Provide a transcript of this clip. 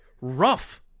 rough